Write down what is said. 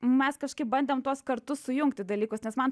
mes kažkaip bandėm tuos kartu sujungti dalykus nes man